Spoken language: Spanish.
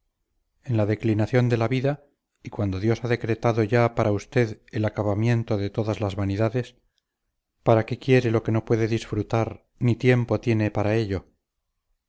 en la declinación de la vida y cuando dios ha decretado ya para usted el acabamiento de todas las vanidades para qué quiere lo que no puede disfrutar ni tiempo tiene para ello